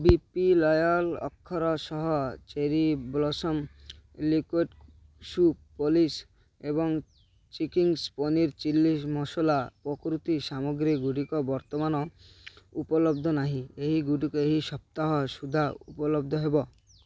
ବି B Royal ଅଖରୋଟ ଶସ cherry blossom liquid shoe polish ଏବଂ ଚିଙ୍ଗ୍ସ୍ ପନିର୍ ଚିଲି ମସଲା ପ୍ରଭୃତି ସାମଗ୍ରୀଗୁଡ଼ିକ ବର୍ତ୍ତମାନ ଉପଲବ୍ଧ ନାହିଁ ଏଗୁଡ଼ିକ ଏହି ସପ୍ତାହ ସୁଦ୍ଧା ଉପଲବ୍ଧ ହେବ